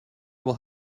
will